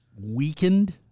weakened